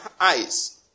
eyes